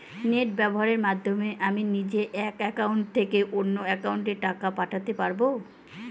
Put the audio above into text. Net ব্যবহারের মাধ্যমে আমি নিজে এক অ্যাকাউন্টের থেকে অন্য অ্যাকাউন্টে টাকা পাঠাতে পারব?